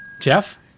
Jeff